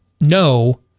no